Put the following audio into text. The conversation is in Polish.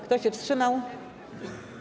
Kto się wstrzymał?